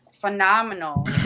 phenomenal